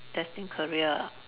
destined career ah